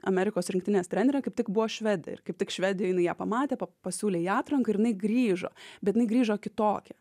amerikos rinktinės trenerė kaip tik buvo švedė ir kaip tik švedijoj jinai ją pamatė pasiūlė į atranką ir jinai grįžo bet jinai grįžo kitokia